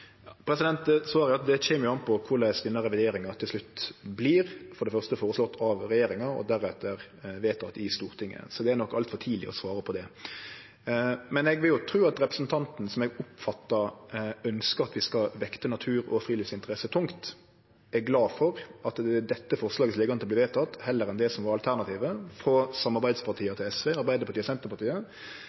Svaret er at det kjem an på korleis denne revideringa til slutt vert, for det første føreslått av regjeringa og deretter vedteke i Stortinget. Så det er nok altfor tidleg å svare på det. Men eg vil jo tru at representanten, som eg oppfattar ønskjer at vi skal vekte natur- og friluftsinteresser tungt, er glad for at det er dette forslaget som ligg an til å bli vedteke, heller enn det som var alternativet frå samarbeidspartia til SV – Arbeidarpartiet og Senterpartiet